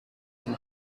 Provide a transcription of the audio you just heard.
from